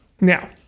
Now